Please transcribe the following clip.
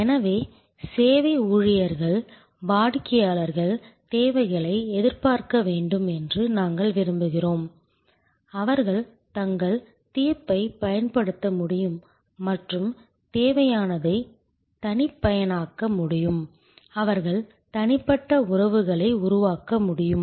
எனவே சேவை ஊழியர்கள் வாடிக்கையாளர் தேவைகளை எதிர்பார்க்க வேண்டும் என்று நாங்கள் விரும்புகிறோம் அவர்கள் தங்கள் தீர்ப்பைப் பயன்படுத்த முடியும் மற்றும் தேவையானதைத் தனிப்பயனாக்க முடியும் அவர்கள் தனிப்பட்ட உறவுகளை உருவாக்க முடியும்